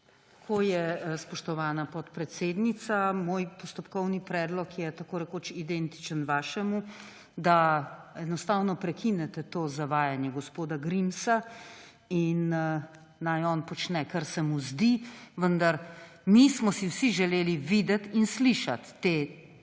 Tako je, spoštovana podpredsednica, moj postopkovni predlog je tako rekoč identičen vašemu, da enostavno prekinete to zavajanje gospoda Grimsa in naj on počne, kar se mu zdi, vendar mi smo si vsi želeli videti in slišati te